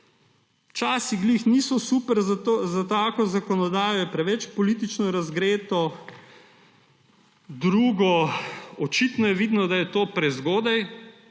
časi niso ravno super, za tako zakonodajo je preveč politično razgreto. Drugič. Očitno je vidno, da je to prezgodaj